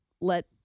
let